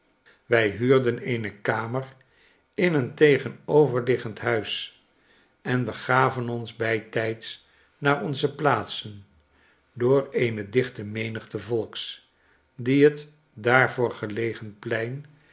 wij huurden eenekamer in een tegenoverliggend huis en begaven ons bijtijds naar onze plaatsen door eene dichte raenigte volks die het daarvoor gelegen plein